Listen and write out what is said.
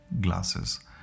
glasses